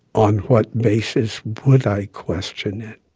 on what basis would i question it?